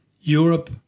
Europe